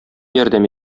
ярдәм